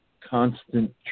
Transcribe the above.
constant